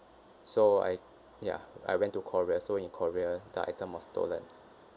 so I ya I went to korea so in korea the item was stolen